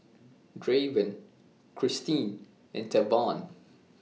Draven Christeen and Tavon